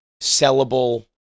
sellable